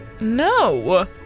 No